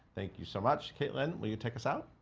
thank you so much, caitlin, will you take us out?